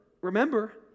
remember